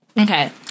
Okay